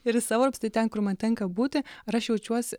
ir į savo apskritai ten kur man tenka būti ar aš jaučiuosi